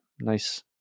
nice